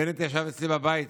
בנט ישב אצלי בבית,